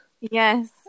yes